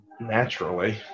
Naturally